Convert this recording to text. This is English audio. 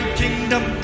kingdom